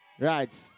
Right